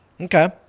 Okay